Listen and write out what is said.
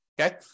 okay